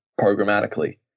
programmatically